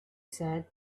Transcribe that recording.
said